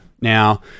now